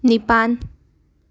ꯅꯤꯄꯥꯟ